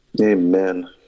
Amen